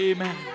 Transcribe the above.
Amen